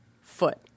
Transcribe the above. foot